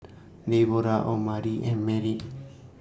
Deborrah Omari and Merritt